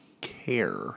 care